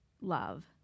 love